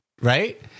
Right